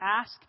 ask